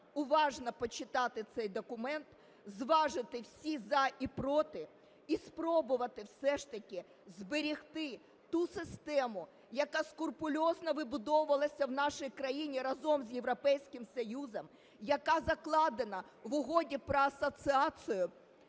уважно почитати цей документ, зважити всі "за" і "проти" і спробувати все ж таки зберегти ту систему, яка скрупульозно вибудовувалася в нашій країні разом з Європейським Союзом, яка закладена в Угоді про асоціацію